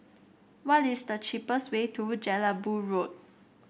what is the cheapest way to Jelebu Road